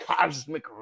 cosmic